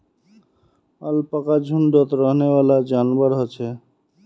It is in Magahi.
अलपाका झुण्डत रहनेवाला जंवार ह छे